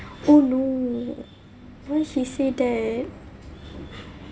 oh no when she said that